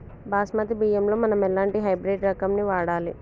బాస్మతి బియ్యంలో మనం ఎలాంటి హైబ్రిడ్ రకం ని వాడాలి?